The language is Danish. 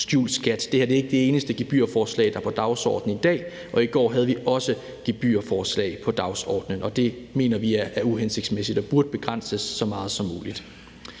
skjult skat. Det her er ikke det eneste gebyrforslag, der er på dagsordenen i dag, og i går havde vi også gebyrforslag på dagsordenen. Det mener vi er uhensigtsmæssigt og burde begrænses så meget som muligt.